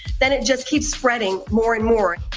then it just keeps spreading more and more.